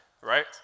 right